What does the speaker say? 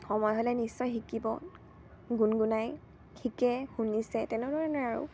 সময় হ'লে নিশ্চয় শিকিব গুণগুণাই শিকে শুনিছে তেনেধৰণে আৰু